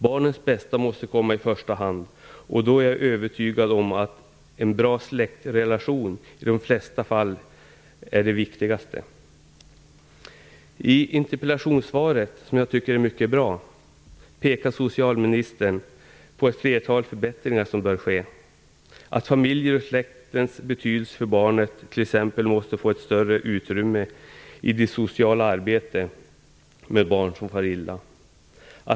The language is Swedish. Barnets bästa måste komma i första hand, och jag är övertygad om att en bra släktrelation i de flesta fall är det viktigaste. I interpellationssvaret, som jag tycker är mycket bra, pekar socialministern på ett flertal förbättringar som bör ske. Familjens och släktens betydelse för barnet måste t.ex. få ett större utrymme i det sociala arbetet med barn som far illa.